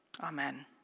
Amen